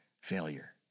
failure